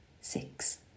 six